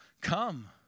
Come